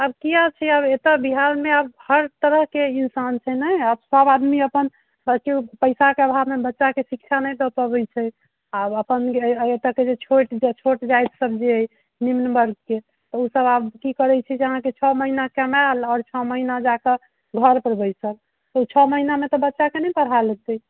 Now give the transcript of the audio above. आब किए छै आब एतऽ बिहार मे हर तरह के इनसान छै नहि सभ आदमी अपन अथि पैसा के अभाव मे शिक्षा नहि दऽ पबै छै आब अपन एतयके जे छोट छोट जाइत सभ जे अइ निम्न बर्ग के तऽ ओ सभ आब की करै छै जे अहाँक छओ महीना कमायल आओर छओ महीना जाकऽ घर पर बैसल ओ छओ महीनामे तऽ बच्चाके नहि पढ़ा लेतै